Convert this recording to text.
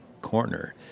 corner